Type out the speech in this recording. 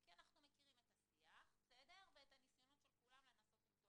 כי ישבתי לצדו והוא סיפר לי והדיון היה רב משתתפים.